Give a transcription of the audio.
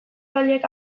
gaiak